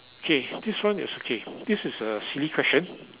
K this one is okay this is a silly question